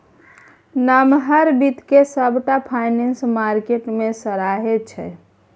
नमहर बित्त केँ सबटा फाइनेंशियल मार्केट मे सराहै छै